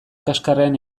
kaxkarrean